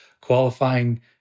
qualifying